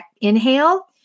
inhale